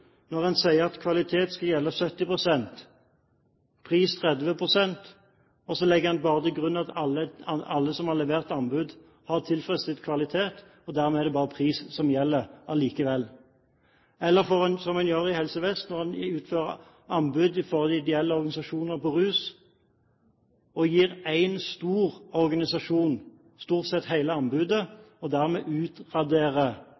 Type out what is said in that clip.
Når man sier at kvalitet skal gjelde 70 pst. og pris 30 pst., og så legger man bare til grunn at alle som har levert anbud, har tilfredsstilt kvalitet. Dermed er det bare pris som gjelder allikevel. Eller, som man gjør i helsevesenet når man utfører anbud fra ideelle organisasjoner når det gjelder rus; man gir én stor organisasjon stort sett hele